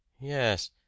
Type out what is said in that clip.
Yes